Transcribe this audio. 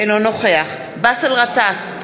אינו נוכח באסל גטאס,